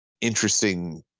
interesting